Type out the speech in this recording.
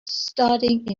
starting